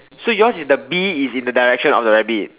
so yours is the bee is in the direction of the rabbit